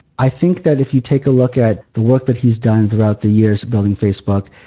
i think that if you take a look at the work that he's done throughout the years of building facebook,